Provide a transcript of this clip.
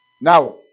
Now